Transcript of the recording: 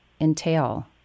entail